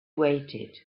waited